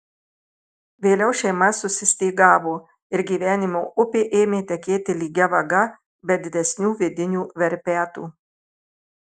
vėliau šeima susistygavo ir gyvenimo upė ėmė tekėti lygia vaga be didesnių vidinių verpetų